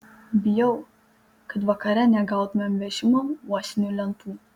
bijau kad vakare negautumėm vežimo uosinių lentų